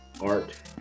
Art